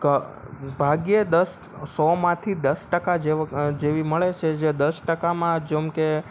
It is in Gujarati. ક ભાગ્યે દસ સોમાંથી દસ ટકા જેવી મળે છે જે દસ ટકામાં જેમકે